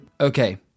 okay